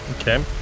Okay